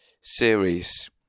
series